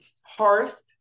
hearth